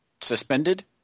suspended